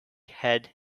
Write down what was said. had